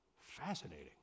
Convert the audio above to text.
fascinating